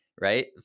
right